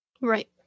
Right